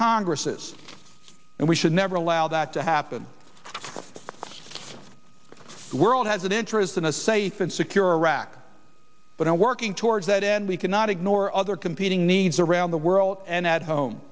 congresses and we should never allow that to happen the world has an interest in a safe and secure iraq but are working towards that end we cannot ignore other competing needs around the world and at home